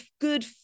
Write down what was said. good